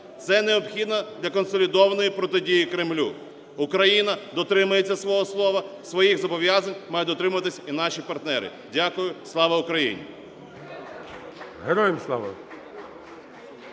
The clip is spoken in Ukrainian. це необхідно для консолідованої протидії Кремлю. Україна дотримується свого слова, своїх зобов'язань мають дотримуватись і наші партнери. Дякую. Слава Україні! ГОЛОВУЮЧИЙ.